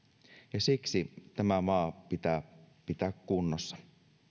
ja siksi tämä maa pitää pitää kunnossa